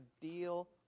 deal